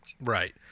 right